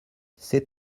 c’est